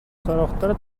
сорохтор